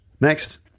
Next